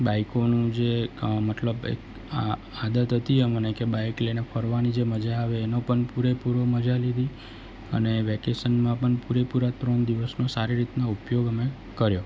બાઇકોનું જે મતલબ એક આદત હતી અમને કે બાઈક લઈને ફરવાની જે મજા આવે એનો પણ પૂરેપૂરો મજા લીધી અને વેકેશનમાં પણ પૂરેપૂરા ત્રણ દિવસનો સારી રીતનો ઉપયોગ અમે કર્યો